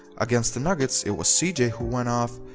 against the nuggets, it was cj ah who went off.